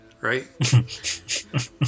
right